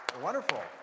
Wonderful